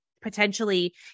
potentially